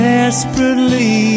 Desperately